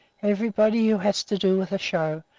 everybody who has to do with a show,